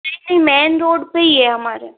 नहीं नहीं main road पे ही है हमारा